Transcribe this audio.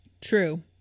True